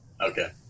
Okay